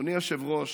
אדוני היושב-ראש,